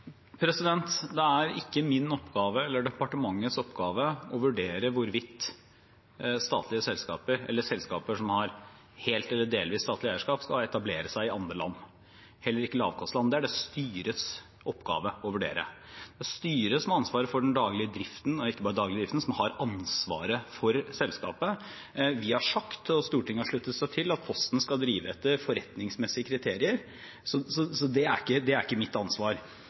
Det er ikke min oppgave eller departementets oppgave å vurdere hvorvidt statlige selskaper eller selskaper som har helt eller delvis statlig eierskap, skal etablere seg i andre land – heller ikke lavkostland. Det er det styrets oppgave å vurdere. Det er styret som har ansvaret for den daglige driften – ikke bare den daglige driften, men som har ansvaret for selskapet. Vi har sagt, og Stortinget har sluttet seg til, at Posten skal drive etter forretningsmessige kriterier. Så det er ikke mitt ansvar. Men ved siden av det